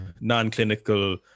non-clinical